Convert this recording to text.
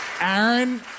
Aaron